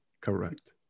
Correct